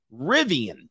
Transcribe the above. Rivian